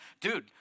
dude